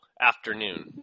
afternoon